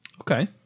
Okay